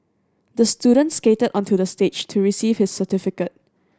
the student skated onto the stage to receive his certificate